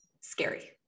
scary